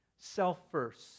self-first